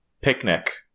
picnic